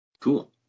cool